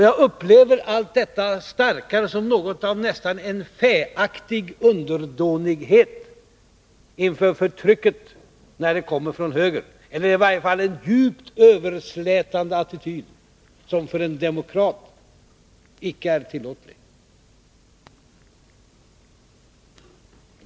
Jag upplever detta allt starkare som något av nästan en fäaktig underdånighet inför förtrycket, när det kommer från höger, eller i varje fall som en djupt överslätande attityd, som för en demokrat icke är tillåten.